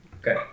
Okay